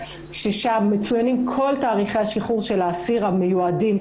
שם מצוינים כל תאריכי השחרור של האסיר המיועדים,